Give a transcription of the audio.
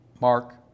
Mark